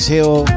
Hill